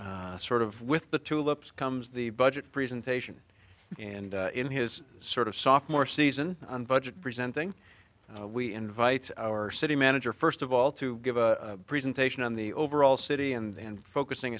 sort of with the tulips comes the budget presentation and in his sort of soft more season on budget presenting we invite our city manager first of all to give a presentation on the overall city and focusing